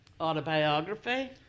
autobiography